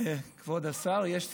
כבוד השר, יש שר?